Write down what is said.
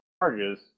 charges